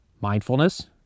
mindfulness